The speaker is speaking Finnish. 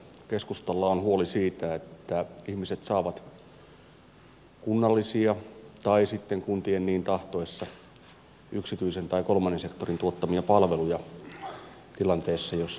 keskustalla on huoli siitä että ihmiset saavat kunnallisia tai sitten kuntien niin tahtoessa yksityisen tai kolmannen sektorin tuottamia palveluja tilanteessa jossa noita palveluja tarvitaan